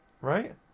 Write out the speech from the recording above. right